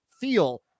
feel